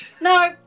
No